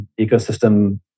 ecosystem